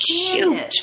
cute